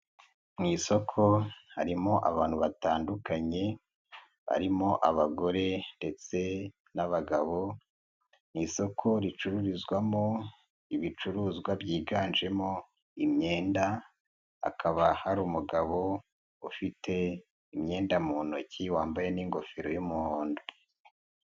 Mu isoko harimo abantu batandukanye, barimo abagore ndetse n'abagabo, ni isoko ricururizwamo ibicuruzwa byiganjemo imyenda, hakaba hari umugabo ufite imyenda mu ntoki wambaye n'ingofero y'umuhondo.